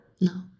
No